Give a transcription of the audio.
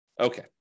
Okay